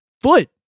foot